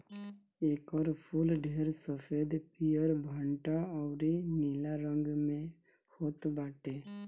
एकर फूल ढेर सफ़ेद, पियर, भंटा अउरी नीला रंग में होत बाटे